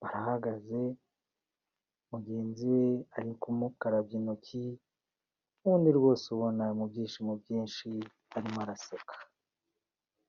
barahagaze mugenzi we ari kumukarabya intoki, uwundi rwose ubona mu byishimo byinshi arimo araseka.